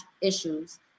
issues